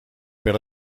per